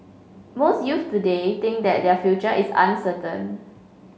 most youths today think that their future is uncertain